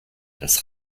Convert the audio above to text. das